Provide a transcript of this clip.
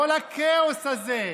כל הכאוס הזה,